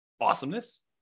Awesomeness